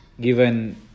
given